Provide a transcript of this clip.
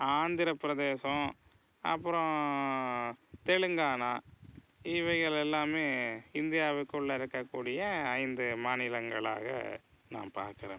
ஆந்திரப் பிரதேசம் அப்புறம் தெலுங்கானா இவைகள் எல்லாமே இந்தியாவுக்குள்ளே இருக்கக்கூடிய ஐந்து மாநிலங்களாக நான் பார்க்கறேன்பா